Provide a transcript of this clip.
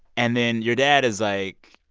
and then your dad is like,